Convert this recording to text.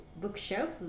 bookshelf